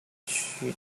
she